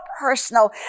personal